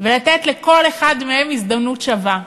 ולתת לכל אחד מהם הזדמנות שווה.